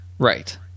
right